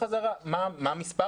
מחדר